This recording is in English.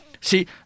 See